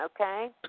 okay